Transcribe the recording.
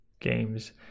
games